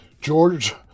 George